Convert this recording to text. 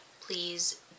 Please